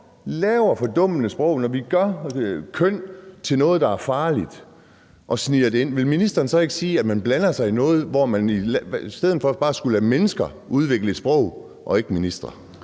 laver fordummende sprog, og når vi gør køn til noget, der er farligt, vil ministeren så ikke sige, at man blander sig i noget, hvor man i stedet for bare skulle lade mennesker udvikle et sprog og ikke ministre?